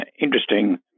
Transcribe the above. interesting